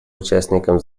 участникам